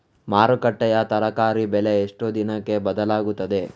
ಮಾರುಕಟ್ಟೆಯ ತರಕಾರಿ ಬೆಲೆ ಎಷ್ಟು ದಿನಕ್ಕೆ ಬದಲಾಗುತ್ತದೆ?